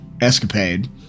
escapade